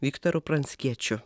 viktoru pranckiečiu